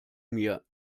mir